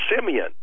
Simeon